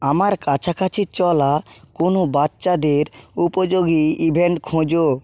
আমার কাছাকাছি চলা কোনো বাচ্চাদের উপযোগী ইভেন্ট খোঁজো